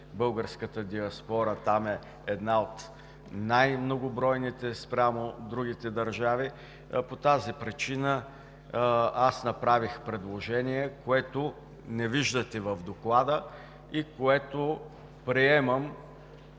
българската диаспора там е една от най-многобройните спрямо другите държави, по тази причина аз направих предложение, което не виждате в Доклада и което – приемам